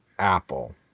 apple